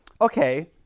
okay